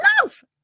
love